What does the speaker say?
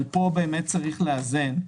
פה צריך לאזן,